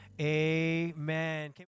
amen